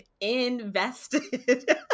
invested